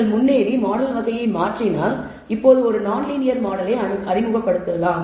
நீங்கள் முன்னேறி மாடல் வகையை மாற்றினால் இப்போது ஒரு நான்லீனியர் மாடலை அறிமுகப்படுத்தலாம்